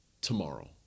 tomorrow